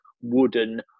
wooden